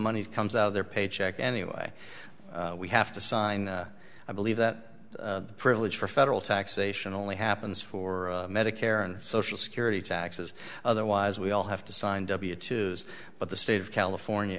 money comes out of their paycheck anyway we have to sign i believe that privilege for federal taxation only happens for medicare and social security taxes otherwise we all have to sign w two but the state of california